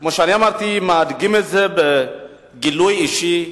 וכמו שאמרתי, אני מדגים אותו בגילוי אישי: